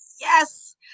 yes